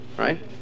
right